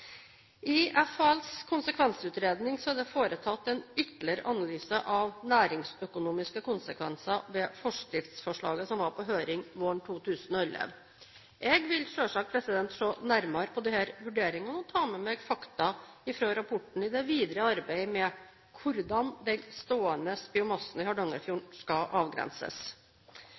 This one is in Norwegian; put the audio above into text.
I FHLs konsekvensutredning er det foretatt en ytterligere analyse av næringsøkonomiske konsekvenser ved forskriftsforslaget som var på høring våren 2011. Jeg vil selvsagt se nærmere på disse vurderingene og ta med meg fakta fra rapporten i det videre arbeidet med hvordan den stående biomassen i Hardangerfjorden skal avgrenses.